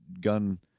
gun